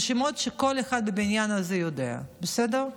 אלה שמות שכל אחד בבניין הזה יודע, בסדר?